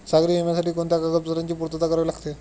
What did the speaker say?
सागरी विम्यासाठी कोणत्या कागदपत्रांची पूर्तता करावी लागते?